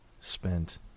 spent